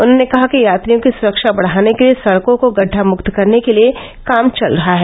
उन्होंने कहा कि यात्रियों की सुरक्षा बढ़ाने के लिए सडकों को गड्डा मुक्त करने के लिए काम चल रहा है